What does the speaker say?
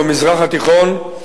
במזרח התיכון,